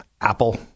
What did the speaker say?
Apple